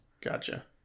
gotcha